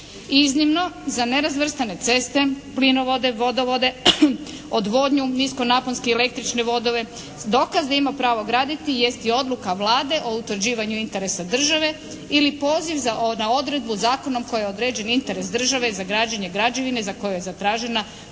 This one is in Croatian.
Iznimno za nerazvrstane ceste, plinovode, vodovode, odvodnju, nisko naponske električne vodove, dokaz da ima pravo graditi jest i odluka Vlade o utvrđivanju interesa države ili poziv na odredbu zakonom kojom je određen interes države za građenje građevine za koju je zatražena